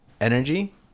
energy